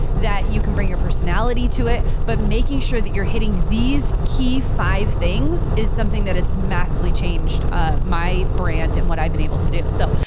that you can bring your personality to it, but making sure that you're hitting these key five things is something that has massively changed ah my brand and what i've been able to do. so,